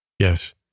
Yes